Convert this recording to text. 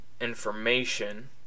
information